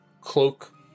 cloak